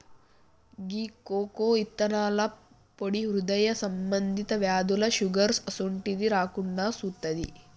గీ కోకో ఇత్తనాల పొడి హృదయ సంబంధి వ్యాధులు, షుగర్ అసోంటిది రాకుండా సుత్తాది